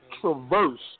traverse